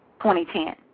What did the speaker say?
2010